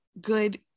good